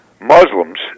Muslims